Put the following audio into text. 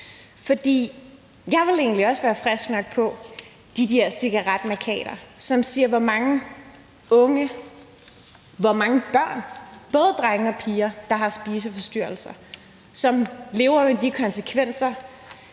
egentlig også være frisk nok på de der mærkater, som siger, hvor mange unge, hvor mange børn, både drenge og piger, der har spiseforstyrrelser, og som lever med de konsekvenser,